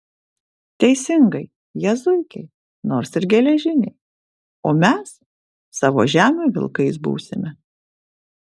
teisingai jie zuikiai nors ir geležiniai o mes savo žemių vilkais būsime